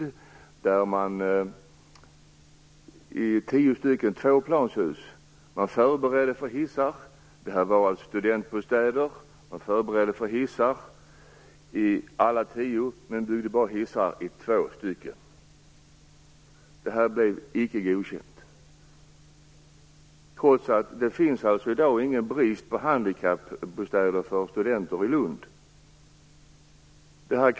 Där förberedde man för hissar i tio tvåplanshus med studentbostäder, men man byggde bara hissar i två hus. Detta blev icke godkänt, trots att det inte råder någon brist på handikappbostäder för studenter i Lund i dag.